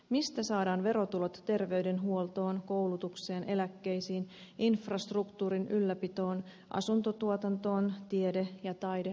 mistä saadaan verotulot terveydenhuoltoon koulutukseen eläkkeisiin infrastruktuurin ylläpitoon asuntotuotantoon tiede ja taide elämään